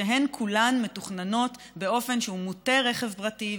והן כולן מתוכננות באופן שהוא מוטה רכב פרטי,